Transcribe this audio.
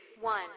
one